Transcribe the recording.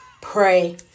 pray